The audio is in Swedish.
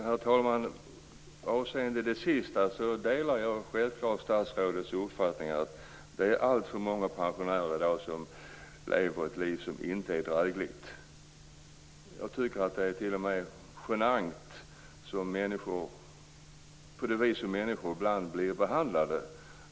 Herr talman! Jag delar självklart statsrådets uppfattning att det i dag är alltför många pensionärer som lever ett liv som inte är drägligt. Jag tycker t.o.m. att det är genant hur människor ibland blir behandlade.